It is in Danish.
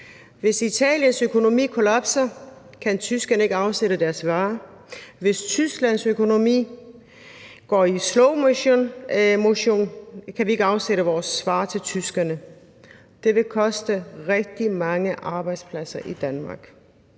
Hvis Italiens økonomi kollapser, kan tyskerne ikke afsætte deres varer. Hvis Tysklands økonomi går i slowmotion, kan vi ikke afsætte vores varer til tyskerne. Det vil koste rigtig mange arbejdspladser i Danmark.